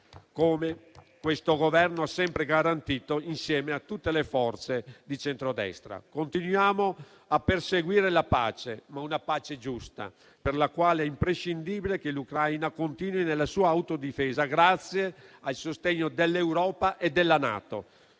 come questo Governo ha sempre garantito insieme a tutte le forze di centrodestra. Continuiamo a perseguire la pace, ma una pace giusta, per la quale è imprescindibile che l'Ucraina continui nella sua autodifesa, grazie al sostegno dell'Europa e della NATO